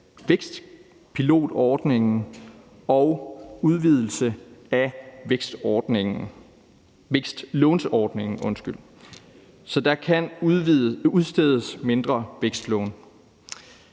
landdistriktsvækstpilotordningen og udvidelse af vækstlånsordningen, så der kan udstedes mindre vækstlån.